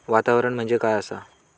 वातावरण म्हणजे काय असा?